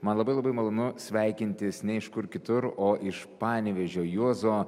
man labai labai malonu sveikintis ne iš kur kitur o iš panevėžio juozo